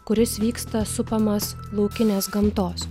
kuris vyksta supamas laukinės gamtos